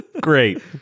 Great